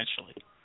essentially